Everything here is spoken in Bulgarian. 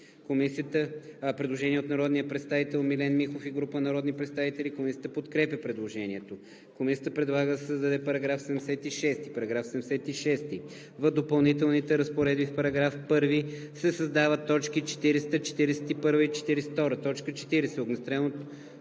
предложението. Предложение на народния представител Милен Михов и група народни представители. Комисията подкрепя предложението. Комисията предлага да се създаде § 76: „§ 76. В допълнителните разпоредби, в § 1 се създават т. 40, 41 и 42: